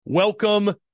Welcome